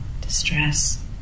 distress